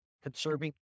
Conserving